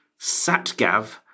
Satgav